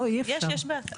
לא, אי-אפשר.